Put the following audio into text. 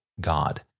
God